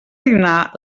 dinar